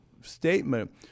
statement